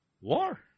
war